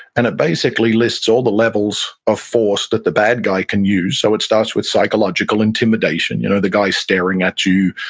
and it basically lists all the levels of force that the bad guy can use. so it starts with psychological, intimidation you know the guy is staring at you,